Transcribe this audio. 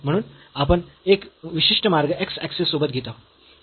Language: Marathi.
म्हणून आपण एक विशिष्ट मार्ग x ऍक्सिस सोबत घेत आहोत